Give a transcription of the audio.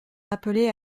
rappelé